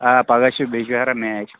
آ پگاہ چھِ بِجبِہارہ میچ